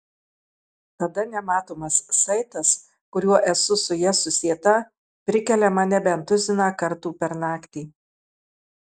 tada nematomas saitas kuriuo esu su ja susieta prikelia mane bent tuziną kartų per naktį